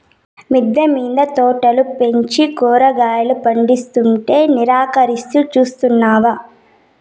మిద్దె మింద తోటలు పెంచి కూరగాయలు పందిస్తుంటే నిరాకరిస్తూ చూస్తావా